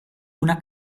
una